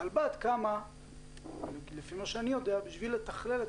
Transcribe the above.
הרלב"ד קמה לפי מה שאני יודע בשביל לתכלל את